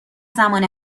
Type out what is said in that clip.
زمان